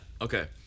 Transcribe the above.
okay